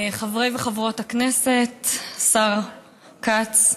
חברי וחברות הכנסת, השר כץ,